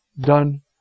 done